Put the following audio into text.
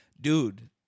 Dude